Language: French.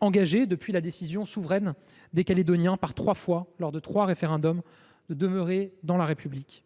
engagé depuis la décision souveraine des Calédoniens, affirmée par trois fois, lors de trois référendums, de demeurer dans la République.